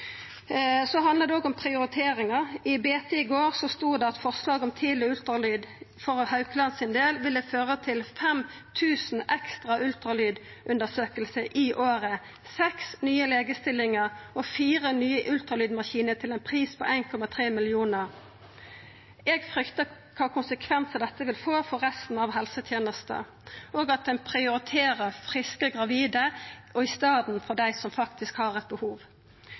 Så handlar det òg om prioriteringar. I BT i går stod det at forslag om tidleg ultralyd for Haukeland universitetssjukehus sin del ville føra til 5 000 ekstra ultralydundersøkingar i året, seks nye legestillingar og fire nye ultralydmaskinar til ein pris på 1,3 mill. kr. Eg fryktar kva konsekvensar dette vil få for resten av helsetenesta, og at ein prioriterer friske gravide i staden for dei som faktisk har eit behov.